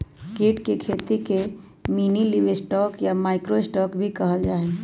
कीट के खेती के मिनीलिवस्टॉक या माइक्रो स्टॉक भी कहल जाहई